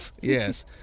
Yes